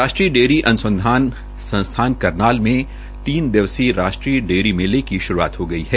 राष्ट्रीय डेयरी अनुसंधान संस्थान करनाल में तीन दिवसीय राष्टीय डेयरी मेले की शुरूआत हो गई है